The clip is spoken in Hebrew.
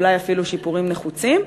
ואולי אפילו שיפורים נחוצים,